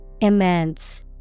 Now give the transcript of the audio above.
Immense